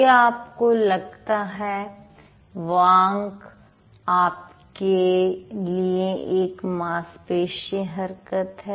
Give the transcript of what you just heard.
क्या आपको लगता है वाक् आपके लिए एक मांसपेशीय हरकत है